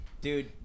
Dude